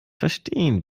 verstehen